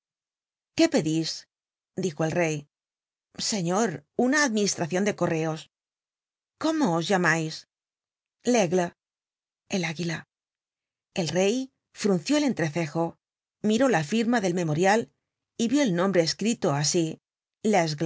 qué pedís dijo el rey señor una administracion de correos cómo os llamais l'aigle el aguila el rey frunció el entrecejo miró la firma del memorial y vió el nombre escrito asi